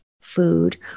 food